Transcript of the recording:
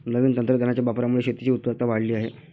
नवीन तंत्रज्ञानाच्या वापरामुळे शेतीची उत्पादकता वाढली आहे